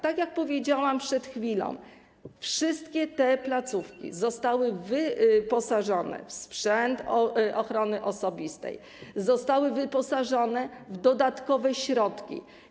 Tak jak powiedziałam przed chwilą, wszystkie te placówki zostały wyposażone w sprzęt ochrony osobistej, zostały wyposażone w dodatkowe środki.